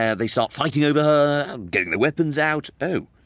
yeah they start fighting over her, getting their weapons out, oh,